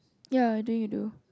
ya you do you do